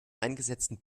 eingesetzten